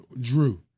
Drew